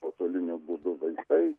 nuotoliniu būdu vaistai